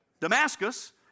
Damascus